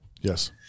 Yes